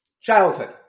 Childhood